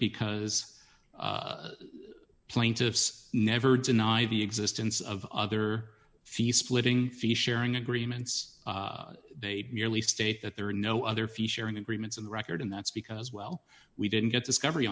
because plaintiffs never deny the existence of other fee splitting fee sharing agreements they merely state that there are no other fee sharing agreements in the record and that's because well we didn't get discovery